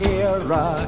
era